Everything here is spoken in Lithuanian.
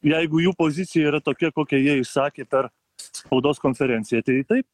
jeigu jų pozicija yra tokia kokią jie išsakė per spaudos konferenciją tai taip